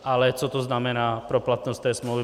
Ale co to znamená pro platnost té smlouvy.